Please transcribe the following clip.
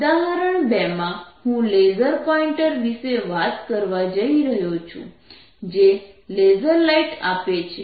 ઉદાહરણ 2 માં હું લેસર પોઇન્ટર વિશે વાત કરવા જઇ રહ્યો છું જે લેસર લાઈટ આપે છે